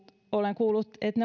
olen kuullut että